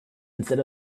instead